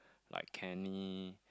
like Kenny